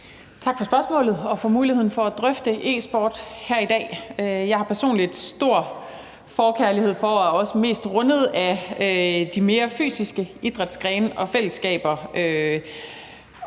Tak for spørgsmålet og for muligheden for at drøfte e-sport her i dag. Jeg har personligt en stor forkærlighed for og er også mest rundet af de mere fysiske idrætsgrene og fællesskaber